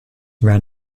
ran